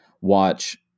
watch